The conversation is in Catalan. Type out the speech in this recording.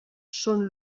són